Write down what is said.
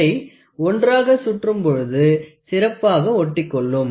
அதை ஒன்றாக சுற்றும் பொழுது சிறப்பாக ஒட்டிக்கொள்ளும்